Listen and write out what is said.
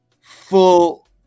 full